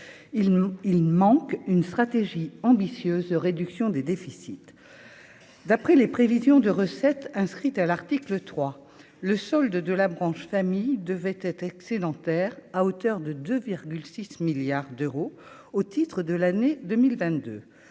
ne manque une stratégie ambitieuse de réduction des déficits, d'après les prévisions de recettes inscrites à l'article 3 le solde de la branche famille devaient être excédentaire à hauteur de 2,6 milliards d'euros au titre de l'année 2022